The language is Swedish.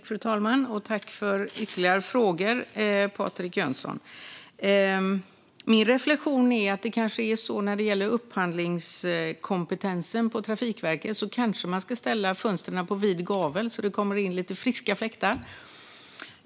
Fru talman! Tack, Patrik Jönsson, för ytterligare frågor! Min reflektion när det gäller upphandlingskompetensen på Trafikverket är att man kanske skulle ställa fönstren på vid gavel så att det kommer in lite friska fläktar.